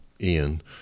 Ian